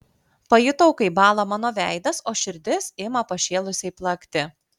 pajutau kaip bąla mano veidas o širdis ima pašėlusiai plakti